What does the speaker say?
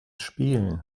spielen